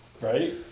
Right